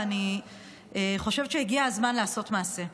ואני חושבת שהגיע הזמן לעשות מעשה.